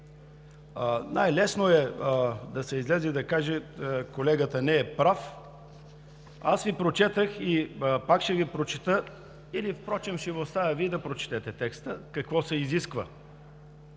Най-лесно е да се излезе и да се каже: колегата не е прав. Аз Ви прочетох и пак ще Ви прочета – или ще Ви оставя Вие да прочетете текста – какво се изисква.